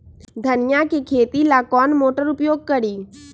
धनिया के खेती ला कौन मोटर उपयोग करी?